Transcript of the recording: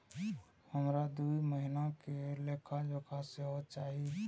हमरा दूय महीना के लेखा जोखा सेहो चाही